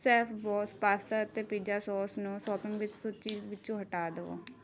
Chef Boss pasta ਅਤੇ pizza sauce ਨੂੰ shopping ਵਿੱਚ ਸੂਚੀ ਵਿੱਚੋਂ ਹਟਾ ਦੇਵੋ